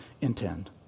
intend